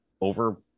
over